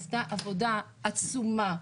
נעשה עבודה עצומה,